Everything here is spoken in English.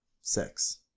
Six